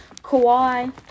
Kawhi